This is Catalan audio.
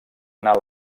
anar